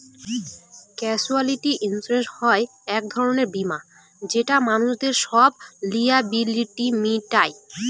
casualty insurance হয় এক ধরনের বীমা যেটা মানুষদের সব লায়াবিলিটি মিটায়